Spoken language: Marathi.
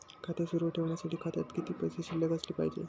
खाते सुरु ठेवण्यासाठी खात्यात किती पैसे शिल्लक असले पाहिजे?